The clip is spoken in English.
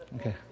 Okay